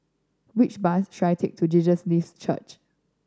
which bus should I take to Jesus Lives Church